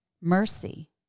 mercy